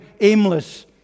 aimless